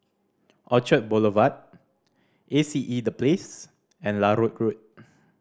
Orchard Boulevard A C E The Place and Larut Road